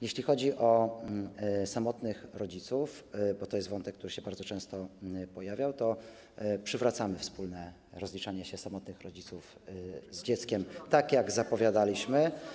Jeśli chodzi o samotnych rodziców, bo to jest wątek, który bardzo często się pojawiał, to przywracamy wspólne rozliczanie się samotnych rodziców z dzieckiem, tak jak zapowiadaliśmy.